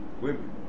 women